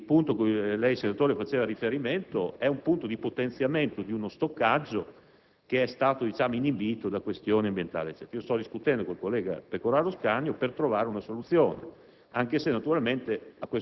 Il punto cui lei, senatore, faceva riferimento riguarda il potenziamento di uno stoccaggio che è stato inibito da questioni ambientali. Io sto discutendo con il collega Pecoraro Scanio per trovare una soluzione,